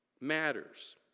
matters